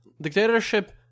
Dictatorship